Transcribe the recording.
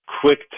quick